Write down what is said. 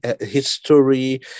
history